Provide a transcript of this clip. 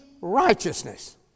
righteousness